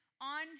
on